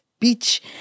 Beach